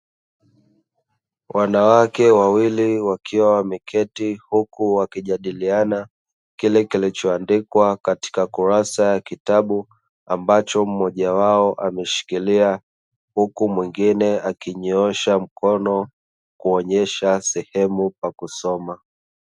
Wanawake wawili, wakiwa wameketi huku wakijadiliana kile kilicho andikwa katika kurasa ya kitabu, ambacho mmoja wao ameshikilia, huku mwingine akinyoosha mkono kuonesha sehemu pa kusoma.